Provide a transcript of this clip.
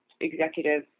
executive